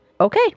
okay